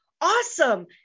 awesome